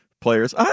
players